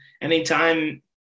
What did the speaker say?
anytime